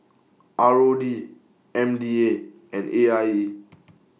R O D M D A and A I E